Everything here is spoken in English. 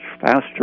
faster